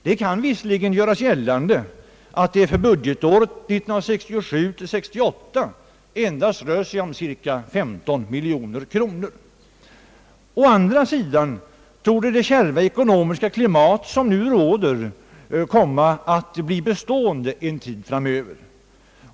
Det kan visserligen göras gällande att det för budgetåret 1967/68 rör sig om endast cirka 15 miljoner kronor, men å andra sidan torde det kärva ekonomiska klimat som nu råder komma att bli bestående en tid framöver.